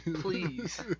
please